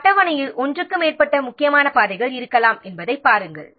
ஒரு அட்டவணையில் ஒன்றுக்கு மேற்பட்ட முக்கியமான பாதைகள் இருக்கலாம் என்பதைப் பாருங்கள்